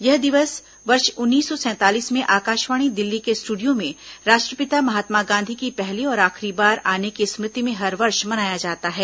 यह दिवस वर्ष उन्नीस सौ सैंतालीस में आकाशवाणी दिल्ली के स्टूडियो में राष्ट्रपिता महात्मा गांधी की पहली और आखिरी बार आने की स्मृति में हर वर्ष मनाया जाता है